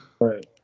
Right